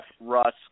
Russ